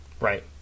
Right